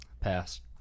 passed